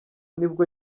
nibwo